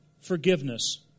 forgiveness